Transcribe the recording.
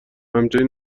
همچنین